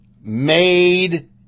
made